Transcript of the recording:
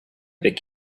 beg